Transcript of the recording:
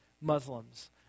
Muslims